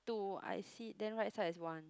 two I see then right side is one